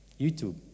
YouTube